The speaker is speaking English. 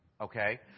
Okay